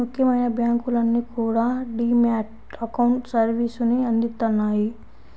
ముఖ్యమైన బ్యాంకులన్నీ కూడా డీ మ్యాట్ అకౌంట్ సర్వీసుని అందిత్తన్నాయి